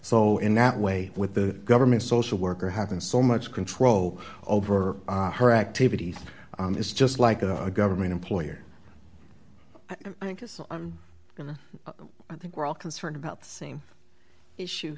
so in that way with the government social worker having so much control over her activities is just like a government employer i think this i'm going to i think we're all concerned about the same issue